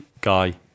guy